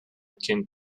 akin